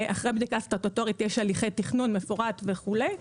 אחרי בדיקה סטטוטורית יש הליכי תכנון מפורט וכולי,